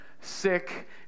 sick